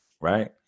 right